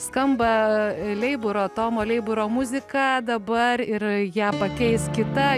skamba leiburo tomo leiburo muzika dabar ir ją pakeis kita